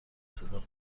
صدا